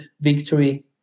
victory